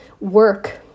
work